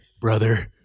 Brother